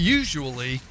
usually